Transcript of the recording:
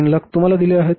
300000 तुम्हाला दिले आहेत